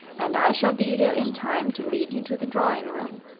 and i shall be here in time to lead you to the drawing-room,